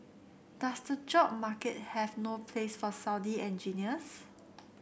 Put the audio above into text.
does the job market have no place for Saudi engineers